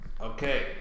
Okay